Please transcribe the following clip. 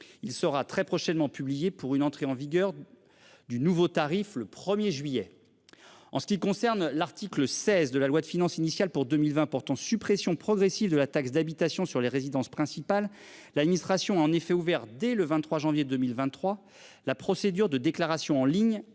Il sera très prochainement publier pour une entrée en vigueur. Du nouveau tarif le 1er juillet. En ce qui concerne l'article 16 de la loi de finances initiale pour 2020 portant suppression progressive de la taxe d'habitation sur les résidences principales, l'administration a en effet ouvert dès le 23 janvier 2023. La procédure de déclaration en ligne